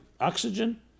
oxygen